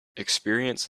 experience